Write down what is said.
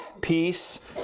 peace